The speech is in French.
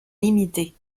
limitées